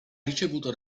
ricevuto